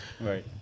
right